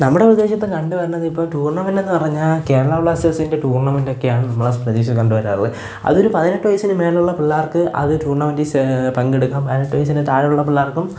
നമ്മുടെ പ്രദേശത്ത് കണ്ടു വരണതിപ്പോൾ റ്റൂര്ണമെന്റെന്നു പറഞ്ഞാൽ കേരളാ ബ്ലാസ്റ്റേസിന്റെ റ്റൂര്ണമെൻ്റൊക്കെയാണ് നമ്മളുടെ പ്രദേശത്ത് കണ്ടു വരാറുള്ളത് അതൊരു പതിനെട്ടു വയസ്സിനെ മുകളിലുള്ള പിള്ളേര്ക്ക് അത് റ്റൂര്ണമെന്റിൽ സേ പങ്കെടുക്കാം പതിനെട്ടു വയസ്സിനു താഴെ ഉള്ള പിള്ളേര്ക്കും